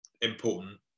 important